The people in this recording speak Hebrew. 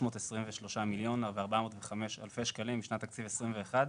323 מיליון 405 אלפי שקלים משנת תקציב 2021,